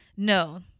No